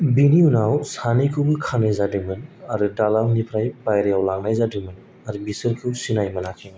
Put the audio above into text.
बिनि उनाव सानैखौबो खानाय जादोंमोन आरो दालांनिफ्राय बायह्रायाव लांनाय जादोंमोन आरो बिसोरखौ सिनाय मोनाखैमोन